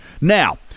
Now